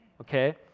okay